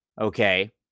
okay